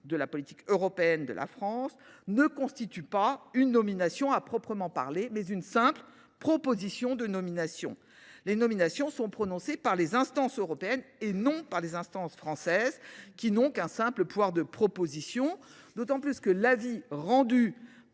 de la politique européenne de la France, est non pas une nomination à proprement parler, mais une simple proposition de nomination. En effet, les nominations sont prononcées par les instances européennes, non par les autorités françaises, qui n’ont qu’un simple pouvoir de proposition. En outre, l’avis qui serait rendu